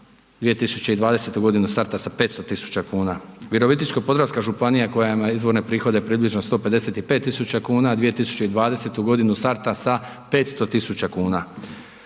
2020.g. starta sa 500.000,00 kn. Virovitičko-podravska županija koja ima izvorne prihode približno 155.000,00 kn, 2020.g. starta sa 500.000,00 kn.